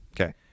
okay